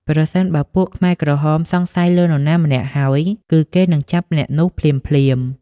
ប្រសិនបើពួកខ្មែរក្រហមសង្ស័យលើនរណាម្នាក់ហើយ គឺគេនឹងចាប់អ្នកនោះភ្លាមៗ។